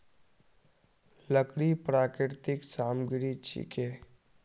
लकड़ी प्राकृतिक सामग्री छिके